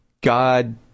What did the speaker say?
God